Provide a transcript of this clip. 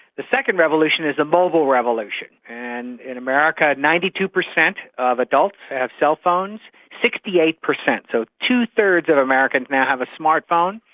the second revolution is the mobile revolution. and in america ninety two percent of adults have cellphones. sixty eight percent, so two-thirds of americans now have a smart phone.